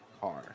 car